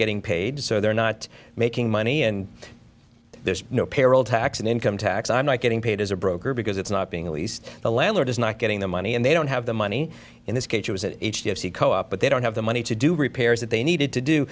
getting paid so they're not making money and there's no payroll tax an income tax i'm not getting paid as a broker because it's not being leased the landlord is not getting the money and they don't have the money in this case he was at h b o see co op but they don't have the money to do repairs that they needed to do